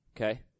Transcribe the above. Okay